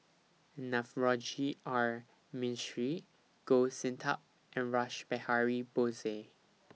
Navroji R Mistri Goh Sin Tub and Rash Behari Bose